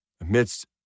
amidst